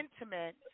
intimate